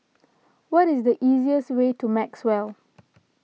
what is the easiest way to Maxwell